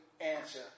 answer